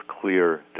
clear